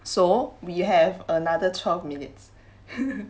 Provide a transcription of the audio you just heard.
so we have another twelve minutes